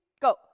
go